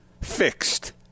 fixed